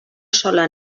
sola